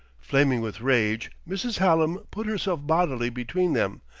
flaming with rage, mrs. hallam put herself bodily between them,